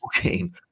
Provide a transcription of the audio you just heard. game